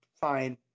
fine